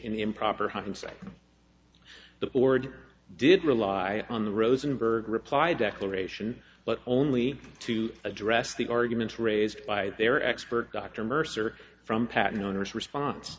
in improper hindsight the board did rely on the rosenberg reply declaration but only to address the arguments raised by their expert dr mercer from patent owners response